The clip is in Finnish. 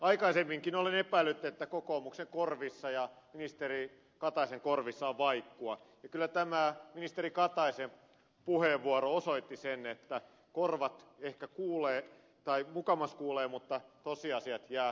aikaisemminkin olin epäillyt että kokoomuksen korvissa ja ministeri kataisen korvissa on vaikkua ja kyllä tämä ministeri kataisen puheenvuoro osoitti sen että korvat ehkä kuulevat tai mukamas kuulevat mutta tosiasiat sivuutetaan